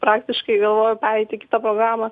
praktiškai galvoju pereit į kitą programą